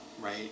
Right